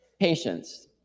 Patience